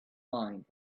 mind